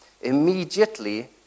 Immediately